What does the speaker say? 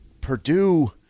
Purdue